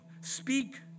speak